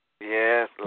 Yes